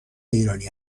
ایرانی